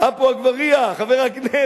חבר הכנסת עפו אגבאריה, חבר הכנסת,